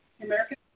American